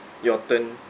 your turn